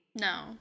No